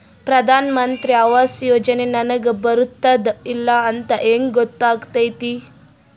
ಪ್ರಧಾನ ಮಂತ್ರಿ ಆವಾಸ್ ಯೋಜನೆ ನನಗ ಬರುತ್ತದ ಇಲ್ಲ ಅಂತ ಹೆಂಗ್ ಗೊತ್ತಾಗತೈತಿ?